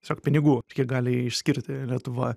tiesiog pinigų kiek gali išskirti lietuva